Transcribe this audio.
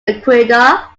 ecuador